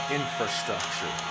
infrastructure